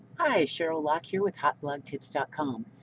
hi sheryl loch here with hot blog tips dot com